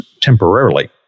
temporarily